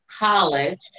college